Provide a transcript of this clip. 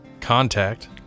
Contact